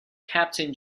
captain